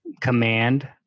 command